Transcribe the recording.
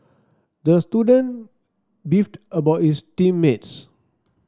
the student beefed about his team mates